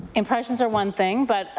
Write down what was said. impressions are one thing, but, ah